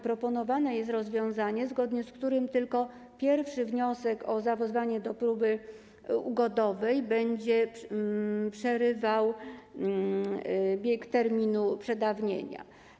Proponowane jest rozwiązanie, zgodnie z którym tylko pierwszy wniosek o zawezwanie do próby ugodowej będzie przerywał bieg terminu przedawnienia.